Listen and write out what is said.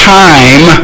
time